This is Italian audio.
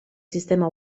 sistema